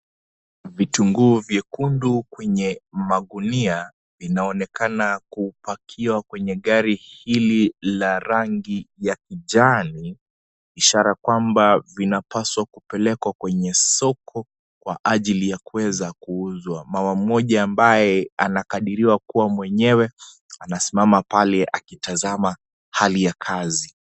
Vitunguu vyekundu kwenye magunia vinaonekana kupakiwa kwenye gari hili la rangi ya kijani ishara kwamba vinapaswa kupelekwa kwenye soko kwa ajili ya kuweza kuuzwa. Mama mmoja ambaye anakadiriwa kuwa mwenyewe anasimama pale akitazama hali ya kazi.